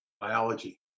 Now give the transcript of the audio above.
biology